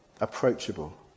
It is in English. approachable